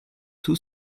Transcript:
too